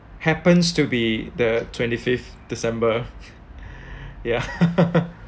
happens to be the twenty fifth december ya